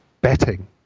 betting